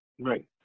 Right